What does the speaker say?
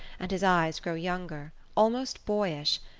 and his eyes grow younger, almost boyish,